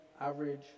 Average